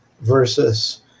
versus